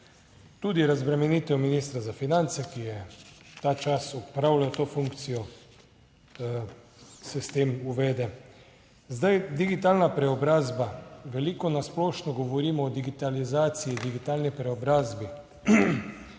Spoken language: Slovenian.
Tudi razbremenitev ministra za finance, ki je ta čas opravljal to funkcijo, se s tem uvede. Zdaj, digitalna preobrazba, veliko na splošno govorimo o digitalizaciji, digitalni preobrazbi,